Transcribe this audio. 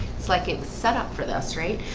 it's like it's set up for the straight